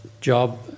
job